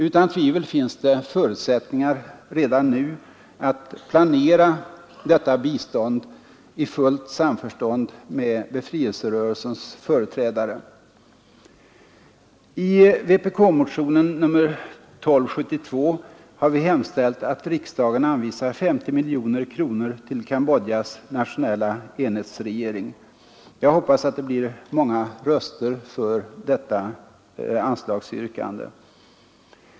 Utan tvivel finns det förutsättningar redan nu att planera detta bistånd i fullt samförstånd med befrielserörelsens företrädare. I vpk-motionen 1272 har vi hemställt att riksdagen anvisar 50 miljoner kronor till Cambodjas nationella enhetsregering. Jag hoppas att det blir många röster för detta anslagsyrkande.